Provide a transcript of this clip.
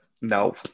no